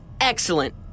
Excellent